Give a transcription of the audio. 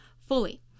fully